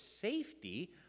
safety